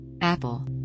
Apple